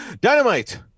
Dynamite